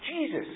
Jesus